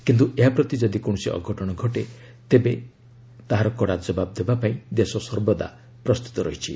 କିନ୍ତୁ ଏହାପ୍ରତି ଯଦି କୌଣସି ଅଘଟଣ ଘଟେ ତେବେ ତାହାର କଡ଼ା କବାବ ଦେବାପାଇଁ ଦେଶ ସର୍ବଦା ପ୍ରସ୍ତୁତ ରହିଛି